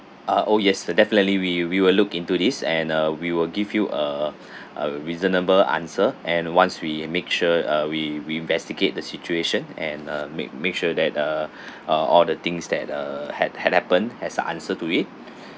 ah oh yes definitely we we will look into this and uh we will give you a a reasonable answer and once we make sure uh we we investigate the situation and uh make make sure that uh uh all the things that uh had had happened has a answer to it